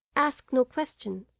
ask no questions